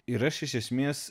ir aš iš esmės